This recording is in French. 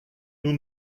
nous